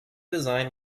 design